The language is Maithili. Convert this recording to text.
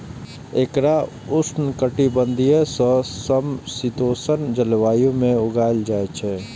एकरा उष्णकटिबंधीय सं समशीतोष्ण जलवायु मे उगायल जाइ छै